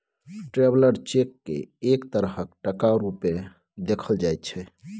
traveller cheque केँ एक तरहक टका रुपेँ देखल जाइ छै